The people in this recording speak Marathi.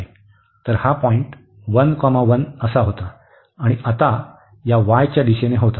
तर हा पॉईंट 11 होता आणि आता या y च्या दिशेने होता